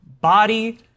body